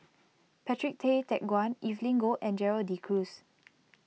Patrick Tay Teck Guan Evelyn Goh and Gerald De Cruz